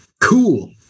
Cool